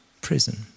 Prison